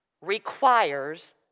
requires